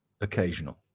occasional